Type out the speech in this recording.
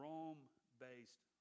Rome-based